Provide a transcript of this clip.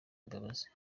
imbabazi